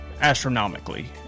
astronomically